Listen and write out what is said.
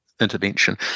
intervention